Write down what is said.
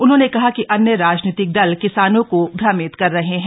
उन्होंने कहा कि अन्य राजनीतिक दल किसानों को भ्रमित कर रहे हैं